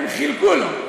חילקו לו.